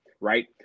right